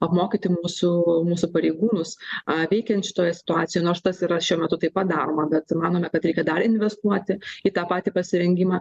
apmokyti mūsų mūsų pareigūnus veikiant šitoje situacijoje nors tas yra šiuo metu tai padaroma bet manome kad reikia dar investuoti į tą patį pasirengimą